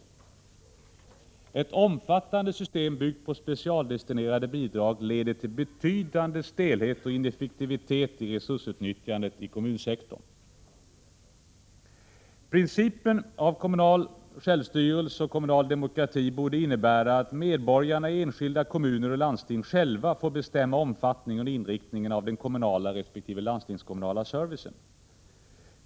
Ett omfattande system 24 april 1987 byggt på specialdestinerade bidrag leder till betydande stelhet och ineffektivitet till resursutnyttjande i kommunsektorn. Principen om kommunal självstyrelse och kommunal demokrati borde innebära att medborgarna i enskilda kommuner och landsting själva får bestämma omfattningen och inriktningen av den kommunala resp. landstingskommunala servicen.